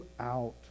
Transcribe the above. out